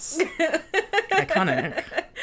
Iconic